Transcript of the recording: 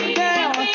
down